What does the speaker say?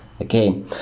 okay